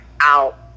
out